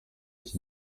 iki